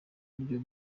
buryo